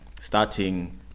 starting